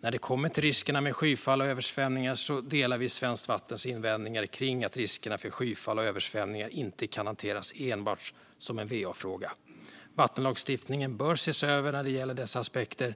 När det gäller riskerna med skyfall och översvämningar delar vi Svenskt Vattens invändningar om att riskerna för skyfall och översvämningar inte kan hanteras enbart som en va-fråga. Vattenlagstiftningen bör ses över när det gäller dessa aspekter.